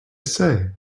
say